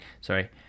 sorry